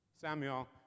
Samuel